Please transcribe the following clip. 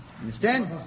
understand